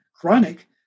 chronic